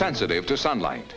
sensitive to sunlight